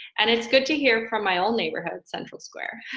and it's good to hear from my own neighborhood, central square.